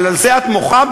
על זה את מוחה,